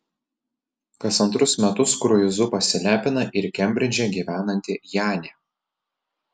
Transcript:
kas antrus metus kruizu pasilepina ir kembridže gyvenanti janė